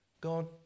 God